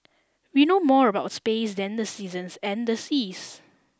we know more about space than the seasons and the seas